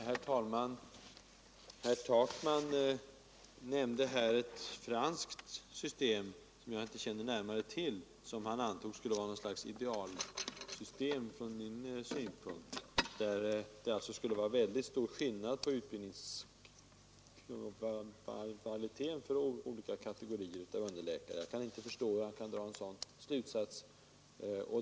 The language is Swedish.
Herr talman! För det första nämnde herr Takman ett franskt system som jag inte känner närmare till, som herr Takman tydligen ansåg skulle vara ett idealsystem från min synpunkt. Skillnaderna skulle där vara mycket stora när det gäller utbildningskvaliteten för olika kategorier underläkare. Jag kan inte förstå hur herr Takman har kunnat dra en sådan slutsats.